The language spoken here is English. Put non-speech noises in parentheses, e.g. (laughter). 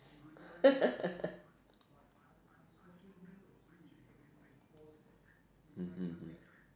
(laughs) mmhmm